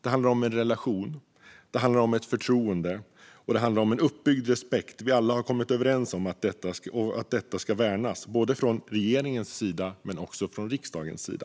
Det handlar om en relation, ett förtroende och en uppbyggd respekt vi alla har kommit överens om och om att detta ska värnas från både regeringens och riksdagens sida.